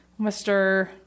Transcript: Mr